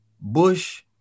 Bush